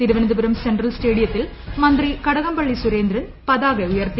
Thiruvananthapuram central സ്റ്റേഡിയത്തിൽ മന്ത്രി കടകംപള്ളി സുരേന്ദ്രൻ പതാക ഉയർത്തി